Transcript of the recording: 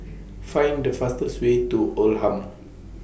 Find The fastest Way to Oldham